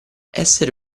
essere